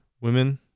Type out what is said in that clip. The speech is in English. women